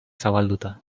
zabalduta